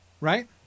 right